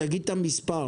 תגיד את המספר.